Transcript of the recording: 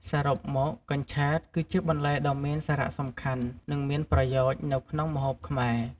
សរុបមក កញ្ឆែតគឺជាបន្លែដ៏មានសារៈសំខាន់ និងមានប្រយោជន៍នៅក្នុងម្ហូបខ្មែរ។